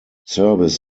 service